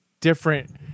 different